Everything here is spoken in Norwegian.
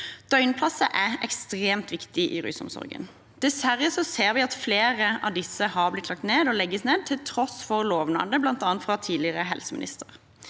Døgnplasser er ekstremt viktig i rusomsorgen. Dessverre ser vi at flere av disse har blitt lagt ned – og legges ned – til tross for lovnadene, bl.a. fra tidligere helseminister.